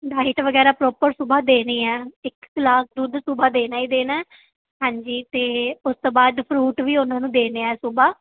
diet ਵਗੈਰਾ proper ਸੂਬਹਾ ਦੇਣੀ ਹੈ ਇੱਕ ਗਲਾਸ ਦੁੱਧ ਸੂਬਹਾ ਦੇਣਾ ਹੀ ਦੇਣਾ ਹਾਂਜੀ ਅਤੇ ਉਸ ਤੋਂ ਬਾਅਦ ਫਰੂਟ ਵੀ ਉਹਨਾਂ ਨੂੰ ਦੇਣੇ ਹੈ ਸੂਬਹਾ